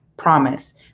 promise